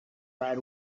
right